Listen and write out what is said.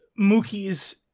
Mookie's